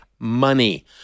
Money